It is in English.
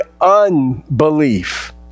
unbelief